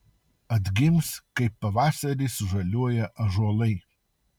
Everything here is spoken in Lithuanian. atgims kaip pavasarį sužaliuoja ąžuolai